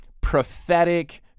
prophetic